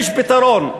יש פתרון,